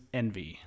envy